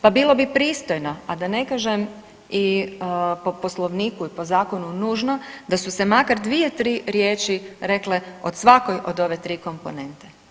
Pa bilo bi pristojno, a da ne kažem i po poslovniku i po zakonu nužno da su se makar dvije, tri riječi rekle o svakoj od ove tri komponente.